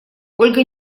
ольга